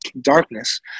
darkness